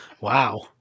wow